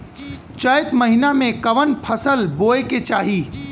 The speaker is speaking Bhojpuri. चैत महीना में कवन फशल बोए के चाही?